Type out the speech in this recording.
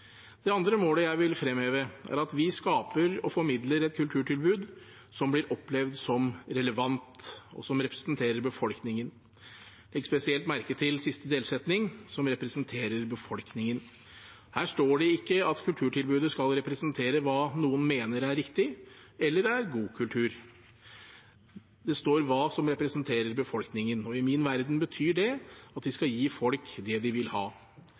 Det andre målet jeg vil fremheve, er at vi skaper og formidler et kulturtilbud som blir opplevd som relevant, og som representerer befolkningen. Legg spesielt merke til siste delsetning: «som representerer befolkningen». Her står det ikke at kulturtilbudet skal representere hva noen mener er riktig eller god kultur. Det står «som representerer befolkningen», og i min verden betyr det at vi skal gi folk det de vil ha.